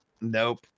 Nope